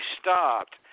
stopped